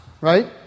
right